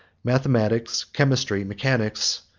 mathematics, chemistry, mechanics,